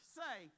say